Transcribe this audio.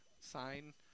sign